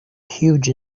huge